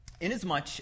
Inasmuch